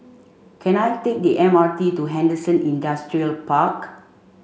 can I take the M R T to Henderson Industrial Park